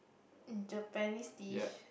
Japanese dish